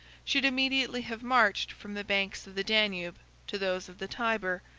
should immediately have marched from the banks of the danube to those of the tyber,